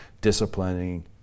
disciplining